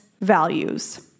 values